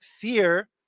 fear